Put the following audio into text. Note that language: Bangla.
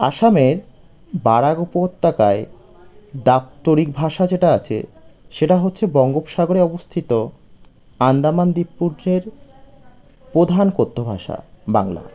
আসামের বরাক উপত্যকায় দাপ্তরিক ভাষা যেটা আছে সেটা হচ্ছে বঙ্গোপসাগরে অবস্থিত আন্দামান দ্বীপপুঞ্জের প্রধান কথ্য ভাষা বাংলা